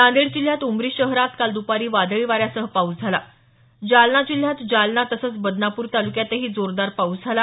नांदेड जिल्ह्यात उमरी शहरात काल दुपारी वादळी वाऱ्यासह पाऊस झाला जालना जिल्ह्यात जालना तसंच बदनापूर तालुक्यातही जोरदार पाऊस झाला